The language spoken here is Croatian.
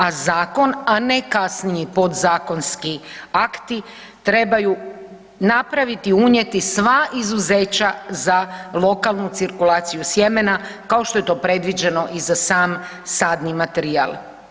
A zakon, a ne kasnije podzakonski akti trebaju napraviti, unijeti sva izuzeća za lokalnu cirkulaciju sjemena kao što je to predviđeno i za sam sadni materijal.